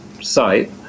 site